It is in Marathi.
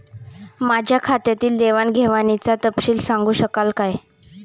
माझ्या खात्यातील देवाणघेवाणीचा तपशील सांगू शकाल काय?